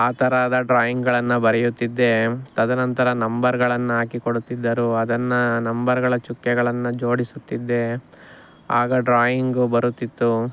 ಆ ಥರದ ಡ್ರಾಯಿಂಗ್ಗಳನ್ನು ಬರೆಯುತ್ತಿದ್ದೆ ತದನಂತರ ನಂಬರ್ಗಳನ್ನಾಕಿ ಕೊಡುತ್ತಿದ್ದರು ಅದನ್ನು ನಂಬರ್ಗಳ ಚುಕ್ಕೆಗಳನ್ನು ಜೋಡಿಸುತ್ತಿದ್ದೆ ಆಗ ಡ್ರಾಯಿಂಗು ಬರುತ್ತಿತ್ತು